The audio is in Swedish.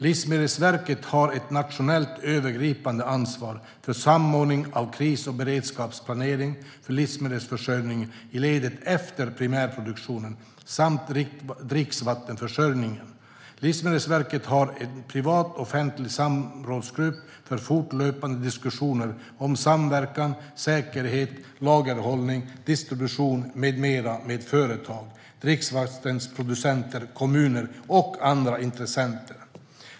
Livsmedelsverket har ett nationellt övergripande ansvar för samordning av kris och beredskapsplanering för livsmedelsförsörjningen i ledet efter primärproduktionen samt för dricksvattenförsörjningen. Livsmedelsverket har en privatoffentlig samrådsgrupp för fortlöpande diskussioner om samverkan, säkerhet, lagerhållning, distribution med mera med företag, dricksvattenproducenter, kommuner och andra intressenter.